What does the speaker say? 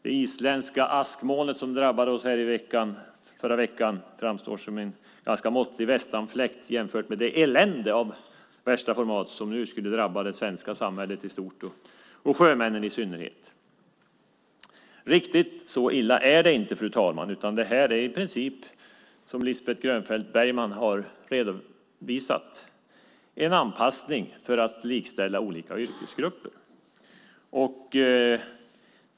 Det isländska askmolnet som drabbade oss förra veckan framstår som en ganska måttlig västanfläkt jämfört med det elände av värsta format som nu skulle drabba det svenska samhället i stort och sjömännen i synnerhet. Riktigt så illa är det inte, fru talman, utan det här är i princip, som Lisbeth Grönfeldt Bergman har redovisat, en anpassning för att likställa olika yrkesgrupper.